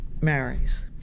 marries